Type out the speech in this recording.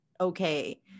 okay